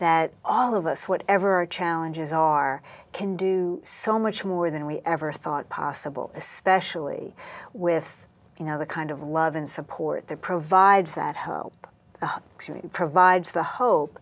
that all of us whatever our challenges are can do so much more than we ever thought possible especially with you know the kind of love and support there provides that hope provides the hope